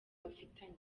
bafitanye